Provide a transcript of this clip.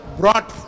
brought